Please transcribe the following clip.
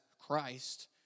Christ